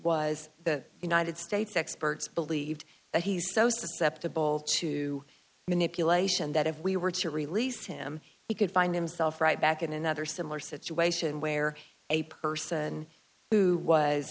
was that united states experts believed that he's so susceptible to manipulation that if we were to release him he could find himself right back in another similar situation where a person who was